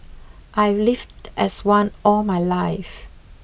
I've lived as one all my life